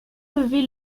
lever